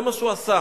זה מה שהוא עשה.